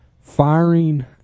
firing